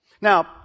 Now